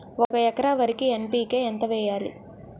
ఒక ఎకర వరికి ఎన్.పి.కే ఎంత వేయాలి?